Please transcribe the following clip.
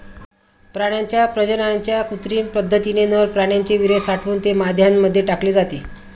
प्राण्यांच्या प्रजननाच्या कृत्रिम पद्धतीने नर प्राण्याचे वीर्य साठवून ते माद्यांमध्ये टाकले जाते